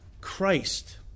christ